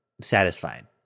satisfied